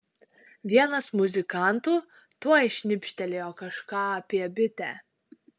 vienas muzikantų tuoj šnibžtelėjo kažką apie bitę